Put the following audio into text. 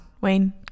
Wayne